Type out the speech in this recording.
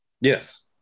Yes